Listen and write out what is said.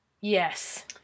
Yes